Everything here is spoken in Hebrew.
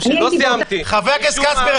חבר הכנסת אופיר כץ, זה לא כל כך הוגן.